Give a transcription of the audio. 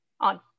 on